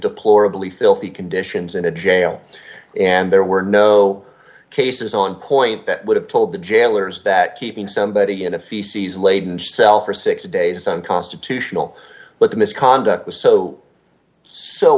deplorably filthy conditions in a jail and there were no cases on point that would have told the jailers that keeping somebody in a feces laden cell for six days unconstitutional but the misconduct was so so